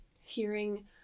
hearing